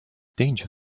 danger